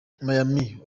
myanmar